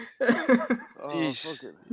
Jeez